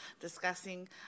discussing